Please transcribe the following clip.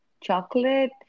chocolate